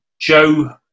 Joe